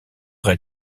rez